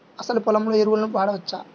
అసలు పొలంలో ఎరువులను వాడవచ్చా?